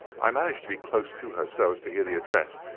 i managed to be close to her so as to hear the address,